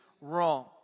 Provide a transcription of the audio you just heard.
wrong